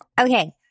Okay